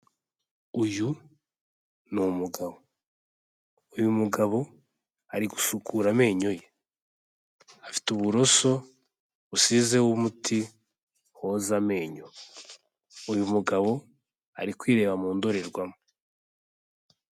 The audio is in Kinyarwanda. Uyu ni umugabo, uyu mugabo ari gusukura amenyo ye, afite uburoso busizeho w'umuti woza amenyo. Uyu mugabo ari kwireba mu ndorerwamo.